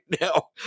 now